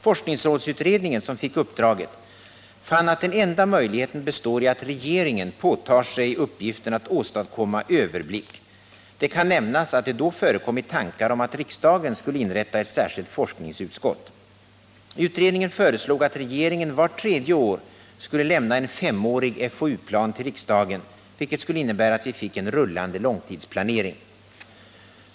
Forskningsrådsutredningen, som fick uppdraget, fann att den enda möjligheten består i att regeringen påtar sig uppgiften att åstadkomma överblick. Det kan nämnas att det då förekommit tankar om att riksdagen skulle inrätta ett särskilt forskningsutskott. Utredningen föreslog att regeringen vart tredje år skulle lämna en femårig FoU-plan till riksdagen, vilket skulle innebära att vi fick en rullande långtidsplanering.